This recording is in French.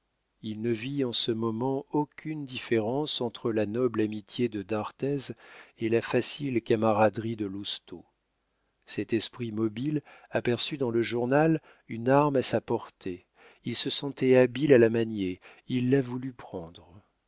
il ne vit en ce moment aucune différence entre la noble amitié de d'arthez et la facile camaraderie de lousteau cet esprit mobile aperçut dans le journal une arme à sa portée il se sentait habile à la manier il la voulut prendre